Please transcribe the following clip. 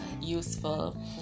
useful